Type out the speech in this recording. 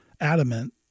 adamant